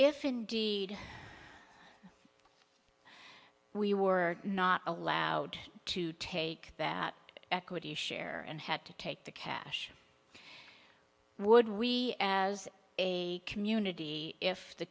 if indeed we were not allowed to take that equity share and had to take the cash would we as a community if the